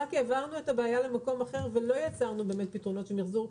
רק העברנו את הבעיה למקום אחר ולא יצרנו פתרונות של מיחזור.